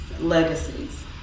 legacies